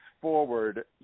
forward